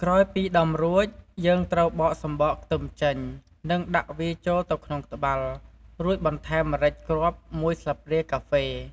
ក្រោយពីដំរួច យើងត្រូវបកសំបកខ្ទឹមចេញ និងដាក់វាចូលទៅក្នុងត្បាល់ រួចបន្ថែម ម្រេចគ្រាប់ ១ស្លាបព្រាកាហ្វេ។